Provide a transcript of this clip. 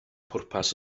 pwrpas